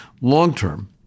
Long-term